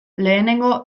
lehenengo